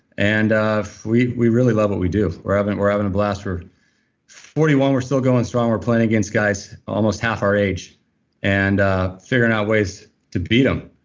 and ah we we really love what we do. we're having we're having a blast. we're forty one. we're still going strong we're playing against guys almost half our age and ah figuring out ways to beat them.